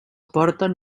porten